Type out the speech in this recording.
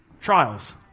Trials